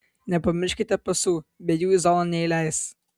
nepamirškite pasų be jų į zoną neįleis